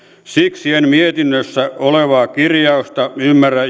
siksi en mietinnössä olevaa kirjausta ymmärrä